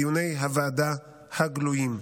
דיוני הוועדה הגלויים.